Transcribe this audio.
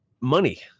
Money